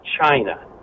China